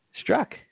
struck